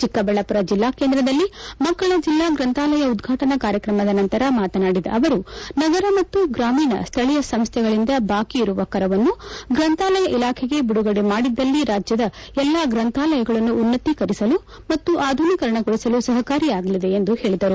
ಚಿಕ್ಕಬಳ್ಳಾಮರ ಜಿಲ್ಲಾ ಕೇಂದ್ರದಲ್ಲಿ ಮಕ್ಕಳ ಜಿಲ್ಲಾ ಗ್ರಂಥಾಲಯ ಉದ್ಘಾಟನಾ ಕಾರ್ಯಕ್ರಮದ ನಂತರ ಮಾತನಾಡಿದ ಅವರು ನಗರ ಮತ್ತು ಗ್ರಾಮೀಣ ಸ್ವಳೀಯ ಸಂಸ್ವೆಗಳಿಂದ ಬಾಕಿ ಇರುವ ಕರವನ್ನು ಗ್ರಂಥಾಲಯ ಇಲಾಖೆಗೆ ಬಿಡುಗಡೆ ಮಾಡಿದಲ್ಲಿ ರಾಜ್ಡದ ಎಲ್ಲಾ ಗ್ರಂಥಾಲಯಗಳನ್ನು ಉನ್ನತೀಕರಿಸಲು ಮತ್ತು ಆಧುನೀಕರಣಗೊಳಿಸಲು ಸಪಕಾರಿಯಾಗಲಿದೆ ಎಂದು ಹೇಳಿದರು